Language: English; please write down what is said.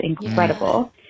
incredible